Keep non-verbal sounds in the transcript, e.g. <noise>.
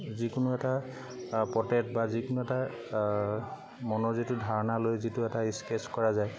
যিকোনো এটা <unintelligible> বা যিকোনো এটা মনৰ যিটো ধাৰণা লৈ যিটো এটা স্কেটছ কৰা যায়